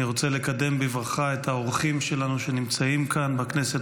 אני רוצה לקדם בברכה את האורחים שלנו שנמצאים כאן בכנסת.